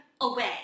away